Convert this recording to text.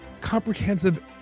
comprehensive